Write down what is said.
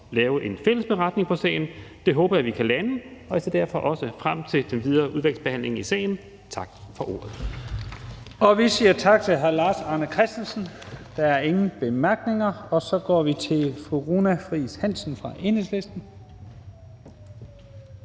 lave en fælles beretning om sagen. Det håber jeg at vi kan lande, og jeg ser derfor også frem til den videre udvalgsbehandling i sagen. Tak for ordet. Kl. 12:32 Første næstformand (Leif Lahn Jensen): Vi siger tak til hr. Lars Arne Christensen. Der er ingen korte bemærkninger, og så går vi til fru Runa Friis Hansen fra Enhedslisten.